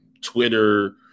Twitter